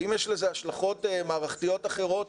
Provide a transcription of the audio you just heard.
ואם יש לזה השלכות מערכתיות אחרות,